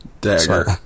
Dagger